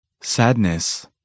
sadness